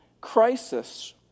Crisis